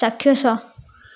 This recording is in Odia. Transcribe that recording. ଚାକ୍ଷୁଷ